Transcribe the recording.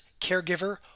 caregiver